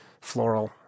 floral